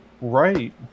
Right